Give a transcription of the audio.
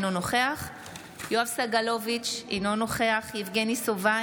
אינו נוכח יואב סגלוביץ' אינו נוכח יבגני סובה,